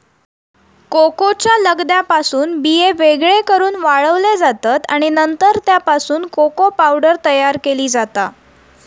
कोकोच्या लगद्यापासून बिये वेगळे करून वाळवले जातत आणि नंतर त्यापासून कोको पावडर तयार केली जाता